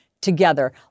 Together